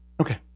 Okay